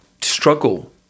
struggle